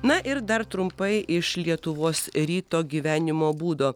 na ir dar trumpai iš lietuvos ryto gyvenimo būdo